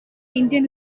indian